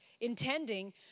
intending